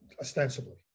ostensibly